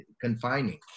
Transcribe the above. confining